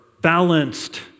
balanced